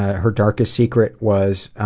her darkest secret was,